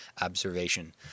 observation